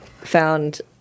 found